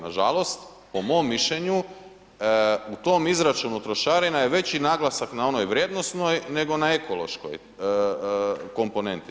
Nažalost, po mom mišljenju u tom izračunu trošarina je veći naglasak na onoj vrijednosnoj nego na ekološkoj komponenti.